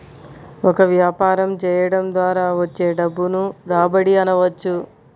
ఒక వ్యాపారం చేయడం ద్వారా వచ్చే డబ్బును రాబడి అనవచ్చు